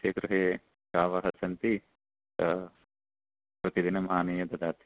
तस्य गृहे गावः सन्ति सः प्रतिदिनम् आनीय ददाति